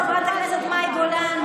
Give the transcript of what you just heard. חברת הכנסת מאי גולן,